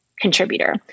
contributor